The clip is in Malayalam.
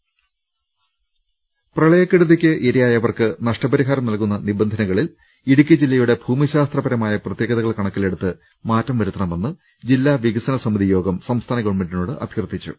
ലക്കകകകകകകകകകകകകക പ്രളയക്കെടുതിക്ക് ഇരയായവർക്ക് നഷ്ടപരിഹാരം നൽകുന്ന നിബന്ധനകളിൽ ഇടുക്കി ജില്ലയുടെ ഭൂമിശാസ്ത്രപരമായ പ്രത്യേകതകൾ കണക്കിലെടുത്ത് മാറ്റം വരുത്തണമെന്ന് ജില്ലാ വികസന സ്മിതി യോഗം സംസ്ഥാന ഗവൺമെന്റിനോട് അഭ്യർത്ഥിച്ചു